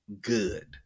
good